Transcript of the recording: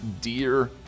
dear